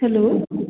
hello